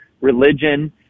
religion